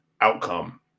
outcome